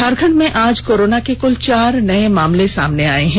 झारखंड में आज कोरोना के कुल चार नये मामले सामने आए हैं